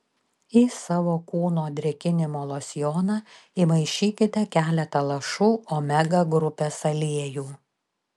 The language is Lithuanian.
į savo kūno drėkinimo losjoną įmaišykite keletą lašų omega grupės aliejų